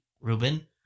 Ruben